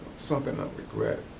something ah i regret,